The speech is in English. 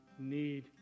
Need